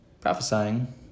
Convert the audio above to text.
prophesying